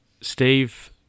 Steve